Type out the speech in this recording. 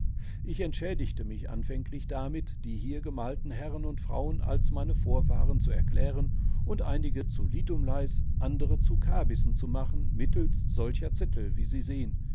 ich entschädigte mich anfänglich damit die hier gemalten herren und frauen als meine vorfahren zu erklären und einige zu litumleis andere zu kabissen zu machen mittels solcher zettel wie sie sehen